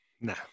No